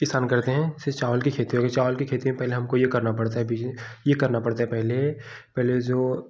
किसान करते हैं इससे चावल की खेती होगी चावल की खेती में पहले हमको ये करना पड़ता है यह करना पड़ता है पीछे यह करना पड़ता है पहले पहले जो